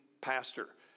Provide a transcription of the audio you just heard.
pastor